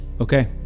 Okay